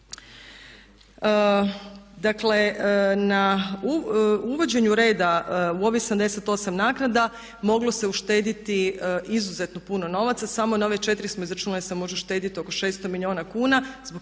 Dakle, na uvođenju reda u ovih 78 naknada moglo se uštedjeti izuzetno puno novaca. Samo na ove 4 smo izračunali da se može uštedjeti oko 600 milijuna kuna zbog